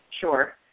Sure